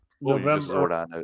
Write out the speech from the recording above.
November